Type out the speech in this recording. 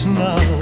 now